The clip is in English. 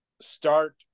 start